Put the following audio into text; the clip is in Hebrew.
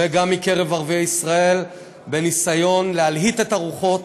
וגם מקרב ערביי ישראל, בניסיון להלהיט את הרוחות,